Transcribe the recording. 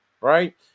right